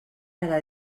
cada